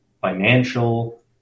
financial